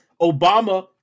obama